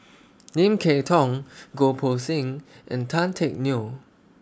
Lim Kay Tong Goh Poh Seng and Tan Teck Neo